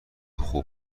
خوب